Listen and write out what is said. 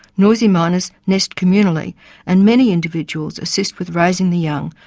noisy miners nest communally and many individuals assist with raising the young,